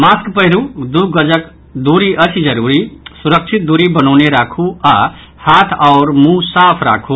mask पहिरू दू गजक दूरी अछि जरूरी सुरक्षित दूरी बनौने राखू आओर हाथ आ मुंह साफ राखु